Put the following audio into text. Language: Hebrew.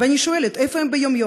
ואני שואלת, איפה הם ביום-יום?